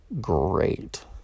great